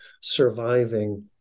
surviving